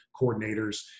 coordinators